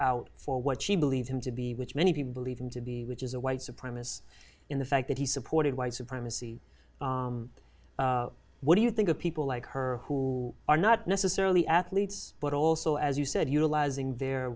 out for what she believes him to be which many people believe him to be which is a white supremacist in the fact that he supported white supremacy what do you think of people like her who are not necessarily athletes but also as you said utilizing their